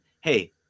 hey